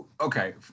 okay